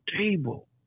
table